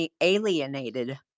alienated